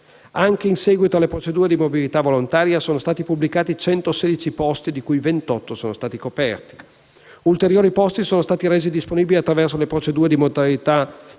Anche in seguito alle procedure di mobilità volontaria, sono stati pubblicati 116 posti, di cui 28 sono stati coperti. Ulteriori posti sono stati resi disponibili attraverso le procedure di mobilità obbligatoria